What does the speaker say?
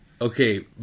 Okay